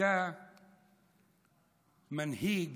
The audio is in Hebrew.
אתה מנהיג,